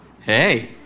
Hey